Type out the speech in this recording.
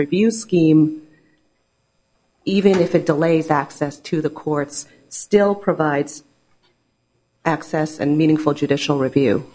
review scheme even if it delays access to the courts still provides access and meaningful judicial review